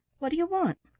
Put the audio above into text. what do you want?